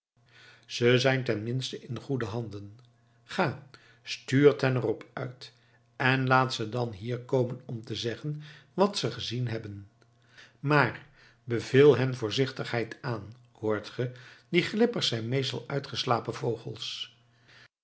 ze zijn tenminste in goede handen ga stuurt hen er op uit en laten ze dan hier komen om te zeggen wat ze gezien hebben maar beveel hen voorzichtigheid aan hoort ge die glippers zijn meestal uitgeslapen vogels